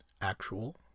Actual